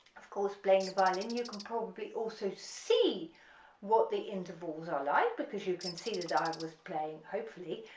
of course playing the violin you can probably also see what the intervals are like because you can see that i was playing, hopefully,